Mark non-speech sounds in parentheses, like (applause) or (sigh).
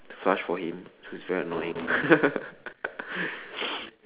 flush for him so it's very annoying (laughs)